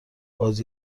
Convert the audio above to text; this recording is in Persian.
باز